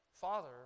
Father